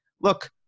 look